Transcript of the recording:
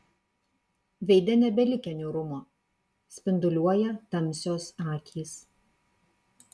veide nebelikę niūrumo spinduliuoja tamsios akys